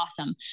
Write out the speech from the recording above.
awesome